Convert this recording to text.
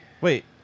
Wait